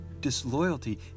Disloyalty